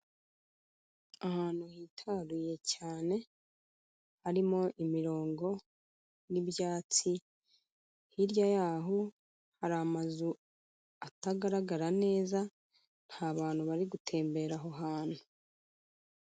Ahantu hitaruye cyane, harimo imirongo n'ibyatsi, hirya y'aho hari amazu atagaragara neza, hari abantu bari gutembera aho hantu.